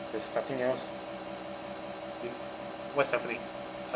there's nothing else what's happening